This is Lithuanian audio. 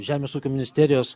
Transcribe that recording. žemės ūkio ministerijos